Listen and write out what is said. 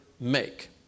make